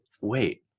wait